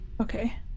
Okay